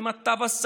עם התו הסגול,